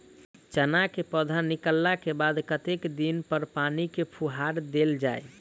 चना केँ पौधा निकलला केँ बाद कत्ते दिन पर पानि केँ फुहार देल जाएँ?